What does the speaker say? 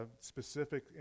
specific